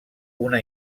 una